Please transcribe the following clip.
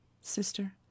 Sister